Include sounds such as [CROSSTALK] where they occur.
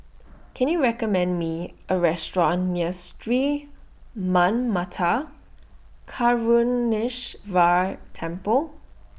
[NOISE] Can YOU recommend Me A Restaurant near Sri Manmatha Karuneshvarar Temple